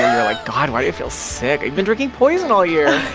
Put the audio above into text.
you're like, god, why do i feel sick? you've been drinking poison all year